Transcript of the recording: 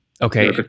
Okay